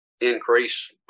increase